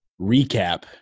recap